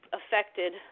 affected